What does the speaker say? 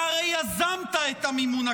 אתה הרי יזמת את המימון הקטרי,